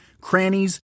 crannies